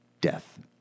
death